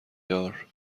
دار